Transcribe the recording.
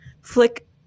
Flick